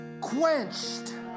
quenched